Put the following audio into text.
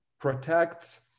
protects